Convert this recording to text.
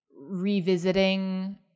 revisiting